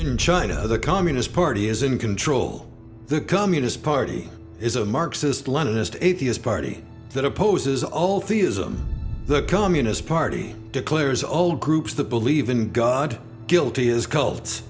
me in china other communist party is in control the coming his party is a marxist leninist atheist party that opposes all theism the communist party declares old groups that believe in god guilty as cult